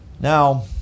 Now